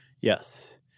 Yes